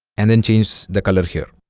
and then change the color here